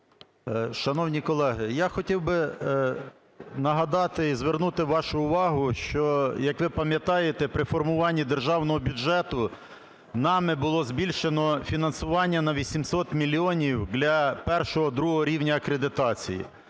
Шановні колеги, я хотів би нагадати і звернути вашу увагу, що, як ви пам'ятаєте, при формуванні державного бюджету нами було збільшено фінансування на 800 мільйонів для І-ІІ рівня акредитації.